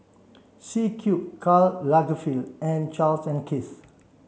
C Cube Karl Lagerfeld and Charles and Keith